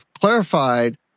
clarified